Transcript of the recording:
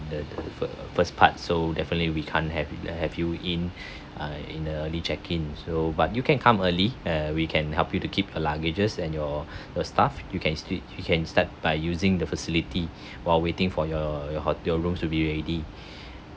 the the fi~ first part so definitely we can't have have you in uh in a early check in so but you can come early uh we can help you to keep your luggages and your your stuff you can straight you can start by using the facility while waiting for your your ho~ your rooms to be ready